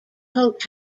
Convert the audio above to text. haute